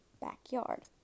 backyard